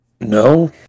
No